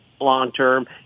long-term